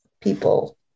people